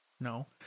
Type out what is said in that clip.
No